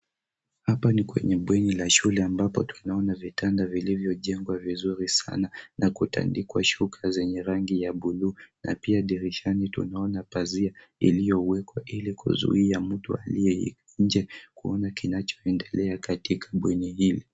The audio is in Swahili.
Hapa ni kwenye bweni la shule ambapo tunaona vitanda vilivyojengwa vizuri sana na kutandikwa shuka zenye rangi ya bluu na pia dirishani tunaona pazia iliyowekwa ili kuzuia mtu aliye nje kuona kinachoendelea katika bweni hili.